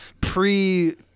pre